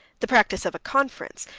the practice of a conference,